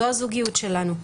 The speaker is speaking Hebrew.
זו הזוגיות שלנו.